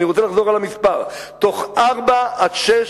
אני רוצה לחזור על המספר: בתוך ארבע עד שש